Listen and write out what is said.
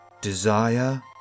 desire